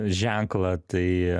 ženklą tai